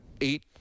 eight